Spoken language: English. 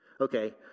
Okay